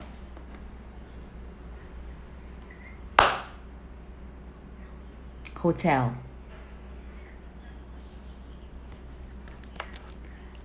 hotel